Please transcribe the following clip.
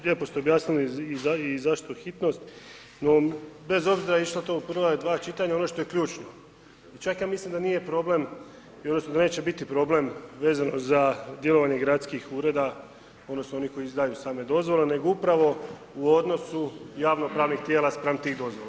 Lijepo ste objasnili i zašto hitnost, no bez obzira išlo to u prva dva čitanja, ono što je ključno, čak ja mislim da nije problem, odnosno da neće biti problem vezano za djelovanje gradskih ureda, odnosno onih koji izdaju same dozvole nego upravo u odnosu javnopravnih tijela spram tih dozvola.